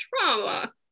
trauma